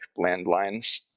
landlines